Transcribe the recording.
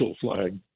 flag